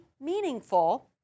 meaningful